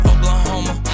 Oklahoma